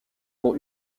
pour